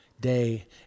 day